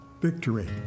victory